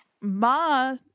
Ma